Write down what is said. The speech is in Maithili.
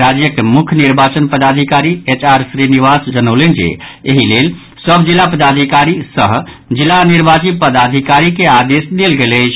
राज्यक मुख्य निर्वाचन पदाधिकारी एच आर श्रीनिवास जनौलनि जे एहि लेल सभ जिला पदाधिकारी सह जिला निर्वाची पदाधिकारी के आदेश देल गेल अछि